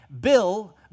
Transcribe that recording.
Bill